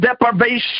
deprivation